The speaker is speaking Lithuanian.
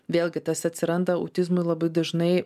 vėlgi tas atsiranda autizmui labai dažnai